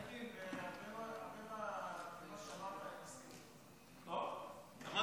אלקין, על הרבה ממה שאמרת אני מסכים איתך.